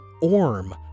orm